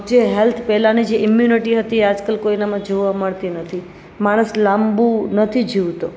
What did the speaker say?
જે હેલ્થ પેહલાંની જે ઈમ્યુનિટી હતી એ આજકલ કોઈનામાં જોવા મળતી નથી માણસ લાંબુ નથી જીવતો